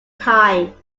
time